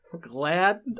Glad